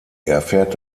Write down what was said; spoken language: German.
erfährt